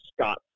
Scott